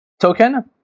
token